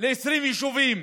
ל-20 יישובים,